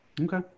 Okay